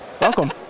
Welcome